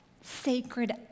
sacred